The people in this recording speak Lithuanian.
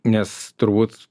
nes turbūt